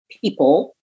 people